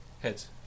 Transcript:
Heads